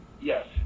Yes